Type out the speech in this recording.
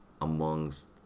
amongst